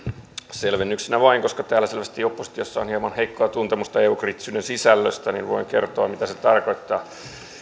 selvennyksenä vain että koska täällä selvästi oppositiossa on hieman heikkoa tuntemusta eu kriittisyyden sisällöstä niin voin kertoa mitä se tarkoittaa